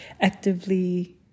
actively